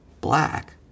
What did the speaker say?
black